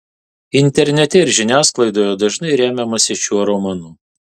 internete ir žiniasklaidoje dažnai remiamasi šiuo romanu